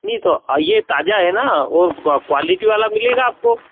नई तो ये ताज़ा है न और क्वालिटी वाला मिलेगा आपको